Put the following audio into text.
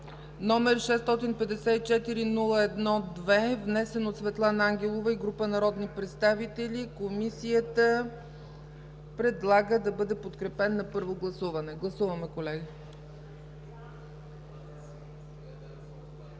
№ 654-01-2, внесен от Светлана Ангелова и група народни представители. Комисията предлага да бъде подкрепен на първо гласуване. Гласуваме, колеги. Гласували